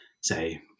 say